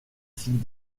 signe